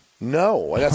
No